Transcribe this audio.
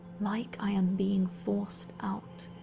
like i am being forced out.